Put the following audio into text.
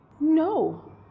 No